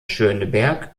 schöneberg